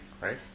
right